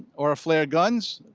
or a flare gun, so